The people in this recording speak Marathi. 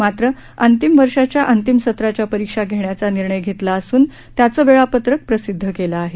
मात्र अंतिम वर्षाच्या अंतिम सत्राच्या परीक्षा घेण्याचा निर्णय घेतला असून त्याचं वेळापत्रक प्रसिद्ध केलं आहे